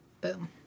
Boom